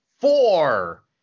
four